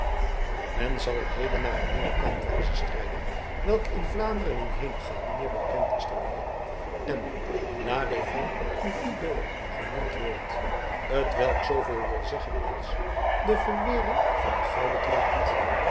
men zal heden naar een nieuwe kampwijze strijden welke in vlaanderen en henegouwen meer bekend is dan hier en la defence du fis d'or genoemd wordt t welk zooveel wil zeggen als de verwering van den gouden draad